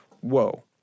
whoa